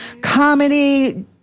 comedy